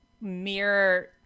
mirror